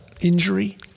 injury